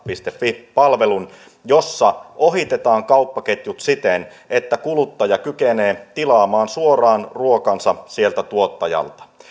fi palvelun jossa ohitetaan kauppaketjut siten että kuluttaja kykenee tilaamaan ruokansa suoraan sieltä tuottajalta